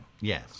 Yes